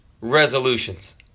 resolutions